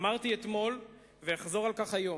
אמרתי אתמול ואחזור על כך היום: